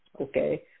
okay